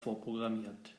vorprogrammiert